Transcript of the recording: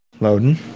loading